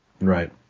Right